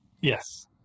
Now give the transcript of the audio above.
yes